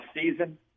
season